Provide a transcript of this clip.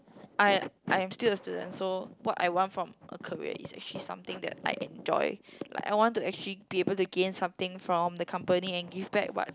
I I am still a student so what I want from a career is actually something that I enjoy like I want to actually be able to gain something from the company and give back what